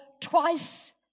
twice